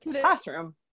classroom